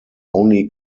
only